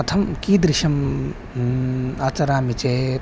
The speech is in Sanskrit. कथं कीदृशम् आचरामि चेत्